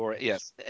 Yes